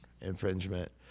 infringement